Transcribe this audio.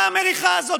מה המריחה הזאת?